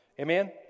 Amen